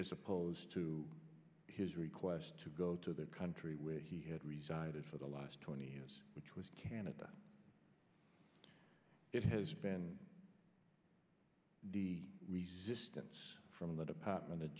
as opposed to his request to go to the country where he had reside for the last twenty s which was canada it has been the resistance from the department of